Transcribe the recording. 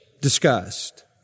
discussed